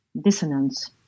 dissonance